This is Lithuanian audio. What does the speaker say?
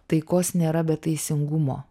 taikos nėra be teisingumo